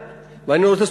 המתחרה.